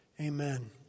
Amen